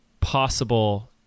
possible